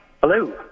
Hello